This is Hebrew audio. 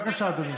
בבקשה, אדוני.